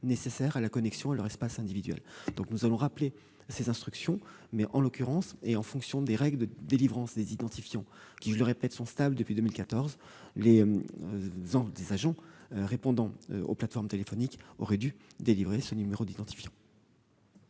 nécessaire à la connexion à leur espace individuel. Nous allons rappeler ces instructions, mais en l'occurrence, en fonction des règles de délivrance des identifiants, qui, je le répète, sont stables depuis 2014, les agents répondant aux plateformes téléphoniques auraient dû délivrer ce numéro d'identifiant.